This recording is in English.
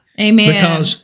Amen